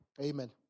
amen